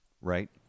Right